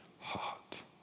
heart